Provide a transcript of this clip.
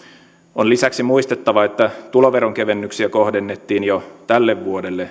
on lisäksi muistettava että tuloveron kevennyksiä kohdennettiin jo tälle vuodelle